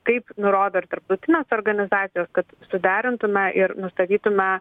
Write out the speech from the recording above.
kaip nurodo ir tarptautinės organizacijos kad suderintume ir nustatytume